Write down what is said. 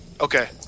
Okay